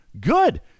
good